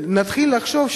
שנתחיל לחשוב,